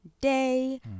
day